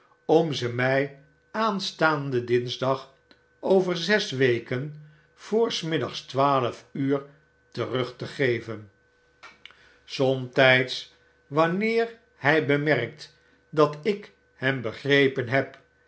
om ze my aanstaanden dinsdag over zes weken v s middags twaalf uur terug te geven somtijds wanneer hij bemerkt dat ik hem begrepen heb